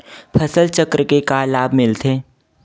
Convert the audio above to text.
फसल चक्र से का लाभ मिलथे?